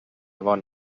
bon